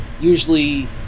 usually